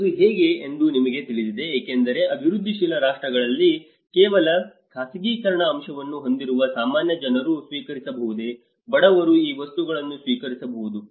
ಅದು ಹೇಗೆ ಎಂದು ನಿಮಗೆ ತಿಳಿದಿದೆ ಏಕೆಂದರೆ ಅಭಿವೃದ್ಧಿಶೀಲ ರಾಷ್ಟ್ರಗಳಲ್ಲಿ ಕೇವಲ ಖಾಸಗೀಕರಣದ ಅಂಶವನ್ನು ಹೊಂದಿರುವ ಸಾಮಾನ್ಯ ಜನರು ಸ್ವೀಕರಿಸಬಹುದೇ ಬಡವರು ಈ ವಸ್ತುಗಳನ್ನು ಸ್ವೀಕರಿಸಬಹುದು